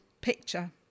picture